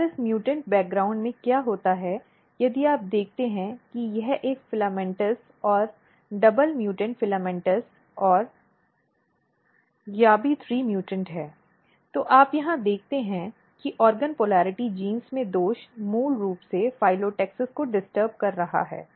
और इस म्यूटेंट पृष्ठभूमि में क्या होता है यदि आप देखते हैं कि यह एक फिलामेंटस और डबल उत्परिवर्ती फिलामेंटस और yabby3 म्यूटेंट है तो आप क्या देखते हैं कि अंग ध्रुवीयता जीन में दोष मूल रूप से फिलाटैक्सिस को डिस्टर्ब कर रहा है